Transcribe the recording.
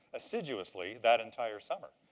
assiduously, that entire summer.